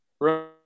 right